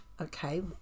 Okay